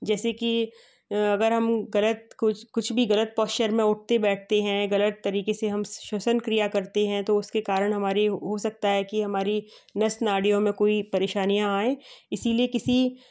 जैसे कि अगर हम गलत कुछ कुछ भी गलत पोस्चर में उठते बैठते है गलत तरीके से हम श्वसन क्रिया करते है तो उसके कारण हमारी हो सकता हैं कि हमारी नाड़ियों में कोई परेशानियाँ आए इसीलिए किसी